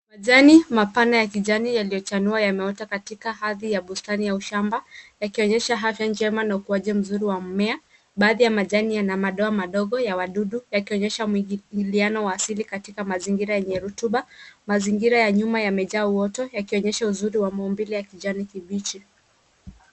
Majani mapana ya kijani yaliochanua yameota katika hadhi ya bustani au shamba yakionyesha afya njema na ukuaji mzuri wa mmea. Baadhi ya majani yana madoa madogo ya wadudu yakionyesha mwingiliano wa asili katika mazingira yenye rotuba. Mazingira ya nyuma yamejaa uoto yakionyesha uzuri wa maumbile ya kijani kibichi.